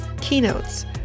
keynotes